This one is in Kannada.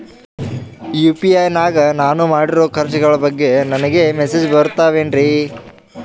ಯು.ಪಿ.ಐ ನಾಗ ನಾನು ಮಾಡಿರೋ ಖರ್ಚುಗಳ ಬಗ್ಗೆ ನನಗೆ ಮೆಸೇಜ್ ಬರುತ್ತಾವೇನ್ರಿ?